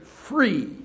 free